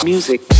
Music